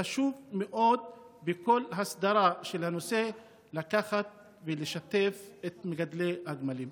חשוב מאוד בכל הסדרה של הנושא לקחת ולשתף את מגדלי הגמלים.